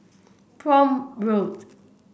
Prome Road